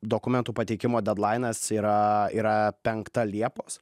dokumentų pateikimo dedlainas yra yra penkta liepos